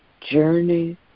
journey